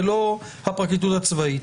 ולא הפרקליטות הצבאית,